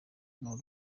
rw’u